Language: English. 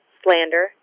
slander